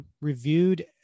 reviewed